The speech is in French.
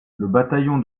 bataillon